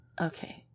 Okay